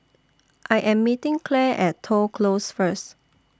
I Am meeting Clare At Toh Close First